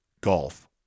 golf